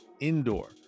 Indoor